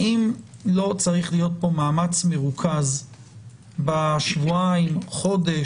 האם לא צריך להיות כאן מאמץ מרוכז בשבועיים או בחודש